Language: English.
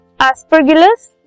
aspergillus